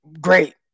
great